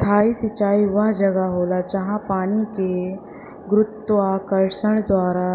सतही सिंचाई वह जगह होला, जहाँ पानी के गुरुत्वाकर्षण द्वारा